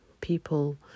people